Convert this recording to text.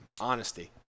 honesty